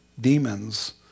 demons